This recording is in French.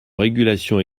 régulation